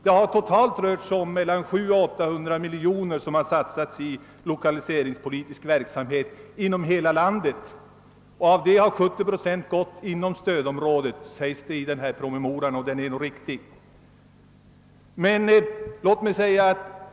I hela landet har det satsats totalt 700—800 miljoner kronor på lokaliseringspolitisk verksamhet, varav 70 procent gått till stödområdet, och det stämmer nog.